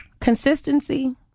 consistency